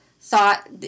thought